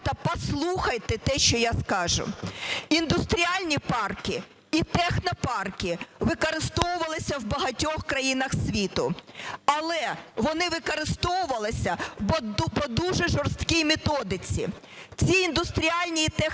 послухайте те, що я скажу. Індустріальні парки і технопарки використовувалися в багатьох країнах світу, але вони використовувалися по дуже жорсткій методиці. Всі індустріальні і технопарки